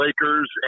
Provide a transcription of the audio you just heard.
Lakers